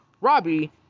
Robbie